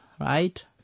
right